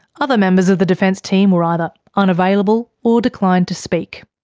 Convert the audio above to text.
other members of the defense team were either unavailable or declined to speak.